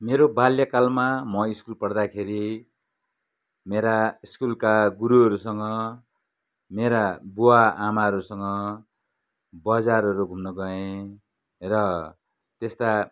मेरो बाल्यकालमा म स्कुल पढ्दाखेरि मेरा स्कुलका गुरुहरूसँग मेरा बुवा आमाहरूसँग बजारहरू घुम्न गएँ र त्यस्ता